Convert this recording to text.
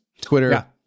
twitter